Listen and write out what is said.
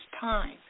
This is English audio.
time